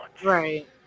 Right